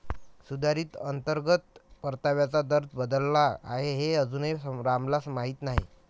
सुधारित अंतर्गत परताव्याचा दर बदलला आहे हे अजूनही रामला माहीत नाही